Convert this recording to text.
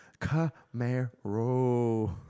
Camaro